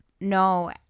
No